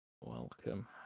Welcome